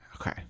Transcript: Okay